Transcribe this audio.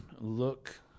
look